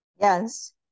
yes